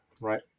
right